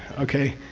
okay?